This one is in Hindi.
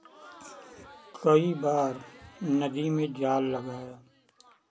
कई बार नदी में जाल लगाया